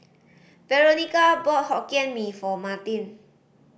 Veronica bought Hokkien Mee for Martin